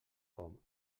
com